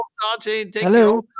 Hello